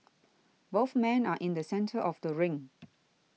both men are in the centre of the ring